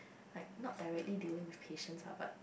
like not directly dealing with patients ah but